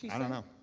yeah i don't know.